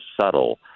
subtle